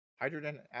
Hydrogen